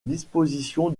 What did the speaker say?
disposition